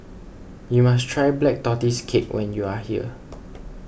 you must try Black Tortoise Cake when you are here